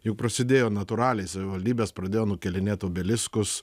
juk prasidėjo natūraliai savivaldybės pradėjo nukėlinėt obeliskus